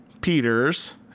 Peters